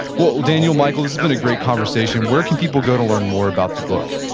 well, daniel, michael, this has been a great conversation. where can people go to learn more about the book?